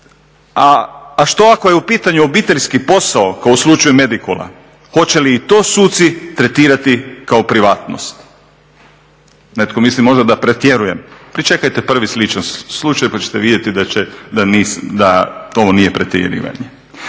A što ako je u pitanju obiteljski posao, kao u slučaju Medikola? Hoće li i to suci tretirati kao privatnost? Netko misli možda da pretjerujem, pričekajte prvi sličan slučaj pa ćete vidjeti da ovo nije pretjerivanje.